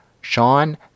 sean